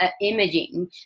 imaging